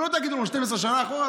ולא תגידו לנו: 12 שנה אחורה,